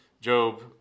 Job